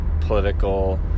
political